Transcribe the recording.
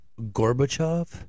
gorbachev